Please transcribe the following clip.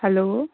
hello